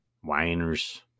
Whiners